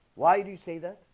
why do you say that